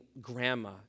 grandma